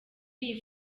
iyi